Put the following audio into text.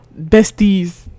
besties